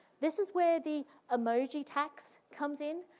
this is where the emoji tax comes in.